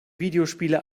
videospiele